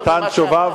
השר נתן תשובה,